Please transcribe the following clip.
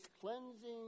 cleansing